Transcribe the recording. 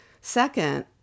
Second